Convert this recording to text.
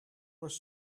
was